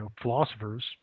philosophers